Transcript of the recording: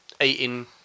eating